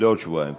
לעוד שבועיים.